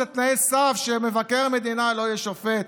זה תנאי סף שמבקר המדינה לא יהיה שופט,